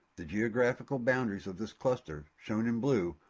the geographical boundaries of this cluster, shown in blue,